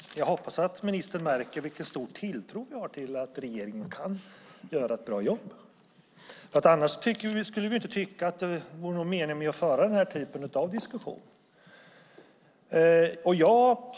Herr talman! Jag hoppas att ministern märker vilken stor tilltro vi har till att regeringen kan göra ett bra jobb. Annars skulle vi inte tycka att det vore någon mening med den här typen av diskussioner.